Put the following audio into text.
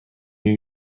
new